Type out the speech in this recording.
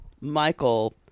Michael